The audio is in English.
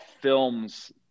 films